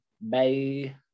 Bye